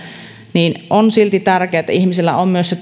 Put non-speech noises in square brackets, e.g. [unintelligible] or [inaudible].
niin on silti tärkeää että ihmisillä on myös se [unintelligible]